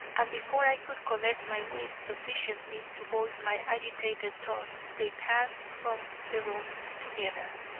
and before i could collect my wits sufficiently to voice my agitated thoughts they passed from the room together.